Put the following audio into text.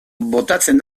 botatzen